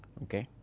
okay.